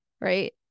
Right